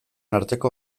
arteko